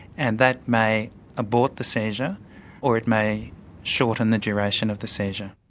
and that may abort the seizure or it may shorten the duration of the seizure.